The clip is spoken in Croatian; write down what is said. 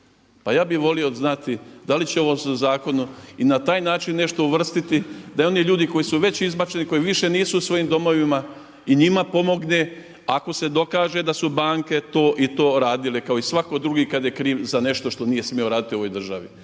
Pa ja bih volio znati da li će ovim zakonom i na taj način nešto se uvrstiti da i oni ljudi koji su već izbačeni i koji više nisu u svojim domovima i njima pomogne ako se dokaže da su banke to i to radile kao i svak drugi kad je kriv za nešto što nije smio raditi u ovoj državi.